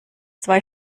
zwei